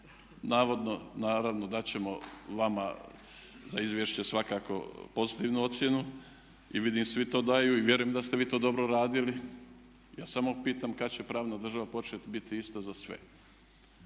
o tome, naravno da ćemo vama za izvješće svakako pozitivnu ocjenu i vidim svi to daju i vjerujem da ste vi to dobro uredili. Ja samo pitam kada će pravna država početi biti ista za sve.